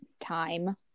time